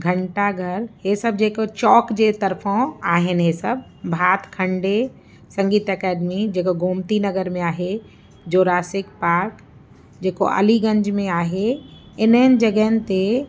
घंटा घर हे सभु जेको चौक जे तरफ़ो आहिनि हे सभु भात खंडे संगीत एकेडमी जेको गोमती नगर में आहे जुरासिक पार्क जेको अलीगंज में आहे इन्हनि जॻहियुनि ते